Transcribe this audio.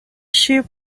sheep